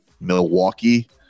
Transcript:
Milwaukee